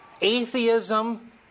atheism